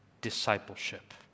discipleship